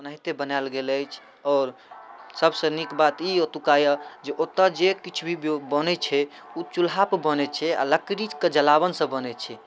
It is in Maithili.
ओनाहिते बनाएल गेल अछि आओर सबसँ नीक बात ई ओतुका अइ जे ओतऽ जे किछु भी ब्योग बनै छै ओ चुल्हापर बनैत छै आआरे लकड़ीके जलावनसँ बनै छै